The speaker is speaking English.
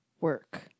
work